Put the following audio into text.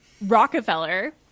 Rockefeller